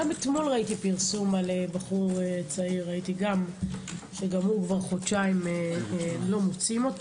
גם אתמול ראיתי פרסום על בחור צעיר שגם אותו חודשיים כבר לא מוצאים.